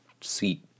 seat